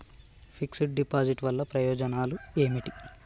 Fix డ్ deposit వల్ల ప్రయోజనాలు ఏమిటి?